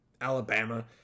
Alabama